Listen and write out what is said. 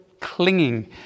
clinging